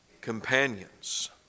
companions